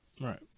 right